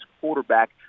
quarterback